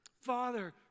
Father